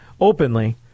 openly